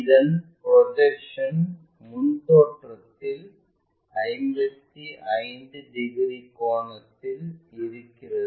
இதன் ப்ரொஜெக்ஷன் முன் தோற்றத்தில் 55 டிகிரி கோணத்தில் இருக்கிறது